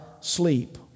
sleep